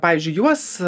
pavyzdžiui juos